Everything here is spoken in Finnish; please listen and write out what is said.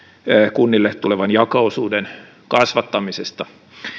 kunnille tulevan jako osuuden kasvattamisesta